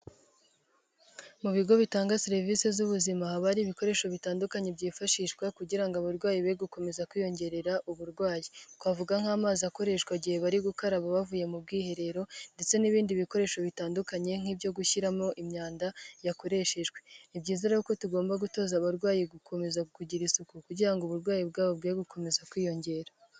Mu bigo bitanga serivisi z'ubuzima haba hari ibikoresho bitandukanye byifashishwa kugira ngo abarwayi be gukomeza kwiyongerera uburwayi, twavuga nk'amazi akoreshwa igihe bari gukaraba bavuye mu bwiherero ndetse n'ibindi bikoresho bitandukanye nk'ibyo gushyiramo imyanda yakoreshejwe; ni byiza rero ko tugomba gutoza abarwayi gukomeza kugira isuku kugira ngo uburwayi bwabo bwe gukomeza kwiyongera.